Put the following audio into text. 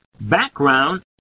background